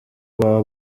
baba